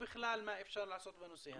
בכלל מה אפשר לעשות בנושא הזה.